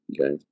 Okay